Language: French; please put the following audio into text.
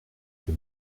que